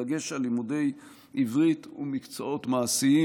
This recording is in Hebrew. בדגש על לימודי עברית ומקצועות מעשיים,